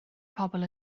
pobl